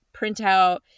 printout